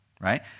right